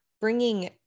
bringing